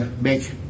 make